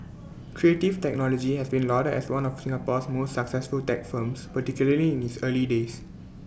Creative Technology has been lauded as one of Singapore's most successful tech firms particularly in its early days